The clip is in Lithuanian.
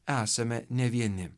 esame ne vieni